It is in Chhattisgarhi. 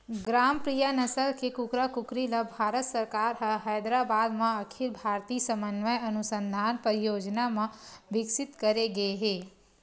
ग्रामप्रिया नसल के कुकरा कुकरी ल भारत सरकार ह हैदराबाद म अखिल भारतीय समन्वय अनुसंधान परियोजना म बिकसित करे गे हे